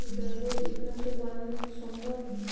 জৈব কীটনাশক বানানো কি সম্ভব?